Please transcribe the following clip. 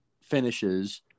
finishes